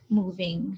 moving